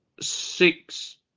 six